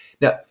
Now